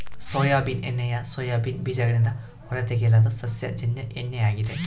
soybean ಎಣ್ಣೆಯು soybean ಬೀಜಗಳಿಂದ ಹೊರತೆಗೆಯಲಾದ ಸಸ್ಯಜನ್ಯ ಎಣ್ಣೆ ಆಗಿದೆ